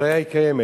האפליה קיימת.